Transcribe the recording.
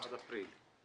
עד אפריל.